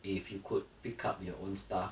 if you could pick up your own stuff